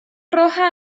roja